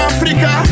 Africa